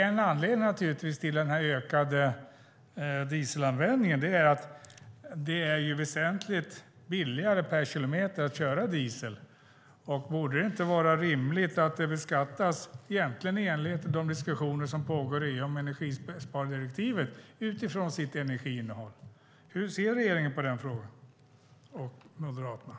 En anledning till den ökade dieselanvändningen är naturligtvis att det är väsentligt billigare per kilometer att köra diesel. Vore det inte rimligt att beskatta egentligen enligt de diskussioner som pågår i EU om energispardirektivet, utifrån energiinnehåll? Hur ser regeringen och Moderaterna på den frågan?